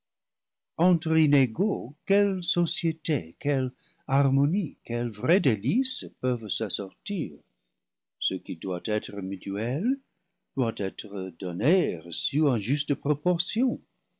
entre inégaux quelle société quelle harmonie quel vrai délice peuvent s'as sortir ce qui doit être mutuel doit être donné et reçu en juste proportion